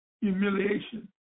humiliation